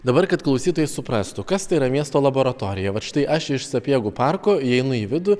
dabar kad klausytojai suprastų kas tai yra miesto laboratorija vat štai aš iš sapiegų parko įeinu į vidų